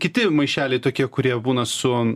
kiti maišeliai tokie kurie būna su